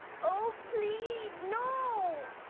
oh, please, no!